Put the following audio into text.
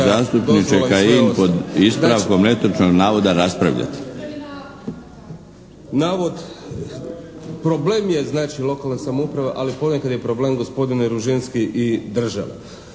zastupniče Kajin pod ispravkom netočnog navoda raspravljati. **Kajin, Damir (IDS)** Problem je znači lokalna samouprava, ali ponekad je problem gospodine Ružinski i država.